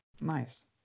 Nice